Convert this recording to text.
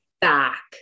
back